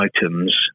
items